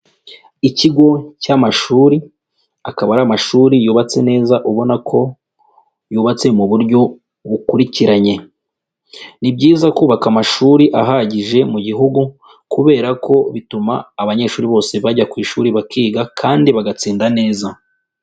Ikigo cy'amashuri akaba ari amashuri yubatse neza ubona ko yubatse mu buryo bukurikiranye, ni byiza kubaka amashuri ahagije mu gihugu kubera ko bituma abanyeshuri bose bajya ku ishuri bakiga kandi bagatsinda neza.